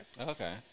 Okay